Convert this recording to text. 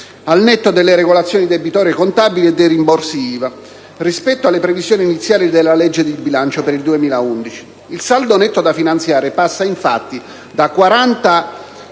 Grazie,